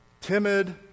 timid